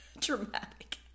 dramatic